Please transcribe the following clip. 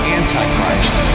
antichrist